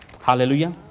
Hallelujah